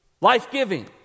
Life-giving